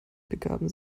begaben